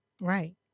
right